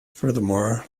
furthermore